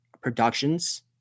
productions